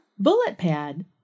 BulletPad